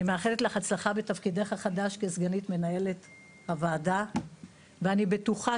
אני מאחלת לך הצלחה בתפקידך החדש כסגנית מנהלת הוועדה ואני בטוחה